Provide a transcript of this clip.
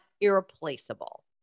irreplaceable